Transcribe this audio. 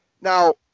now